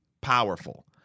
powerful